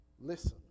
listen